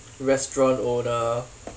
restaurant owner